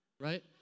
right